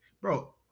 bro